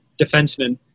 defenseman